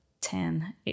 ten